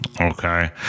Okay